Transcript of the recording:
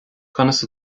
conas